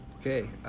Okay